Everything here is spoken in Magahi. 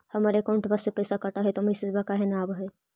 हमर अकौंटवा से पैसा कट हई त मैसेजवा काहे न आव है?